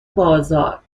بازار